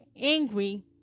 angry